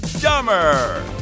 dumber